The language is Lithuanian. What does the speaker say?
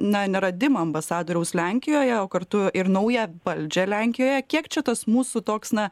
na neradimą ambasadoriaus lenkijoje o kartu ir naują valdžią lenkijoje kiek čia tas mūsų toks na